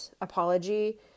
apology